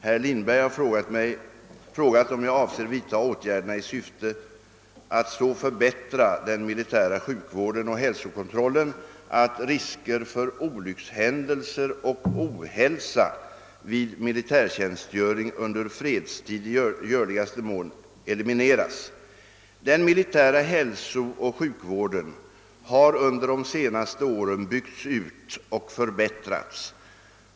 Herr Lindberg har frågat om jag avser vidta åtgärder i syfte att så förbättra den militära sjukvården och hälsokontrollen att risker för olyckshändelser och ohälsa vid militärtjänstgöring under fredstid i görligaste mån elimineras. Den militära hälsooch sjukvården har under de senaste åren byggts ut och förbättrats.